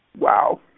Wow